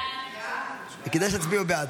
16 בעד,